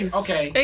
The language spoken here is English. okay